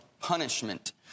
punishment